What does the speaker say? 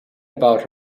about